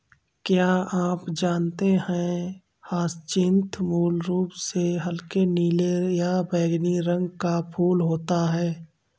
क्या आप जानते है ह्यचीन्थ मूल रूप से हल्के नीले या बैंगनी रंग का फूल होता है